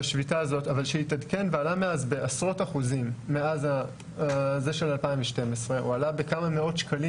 אבל שהתעדכן ועלה בעשרות אחוזים מאז 2012. הוא עלה בכמה מאות שקלים,